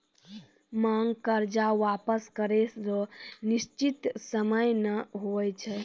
मांग कर्जा वापस करै रो निसचीत सयम नै हुवै छै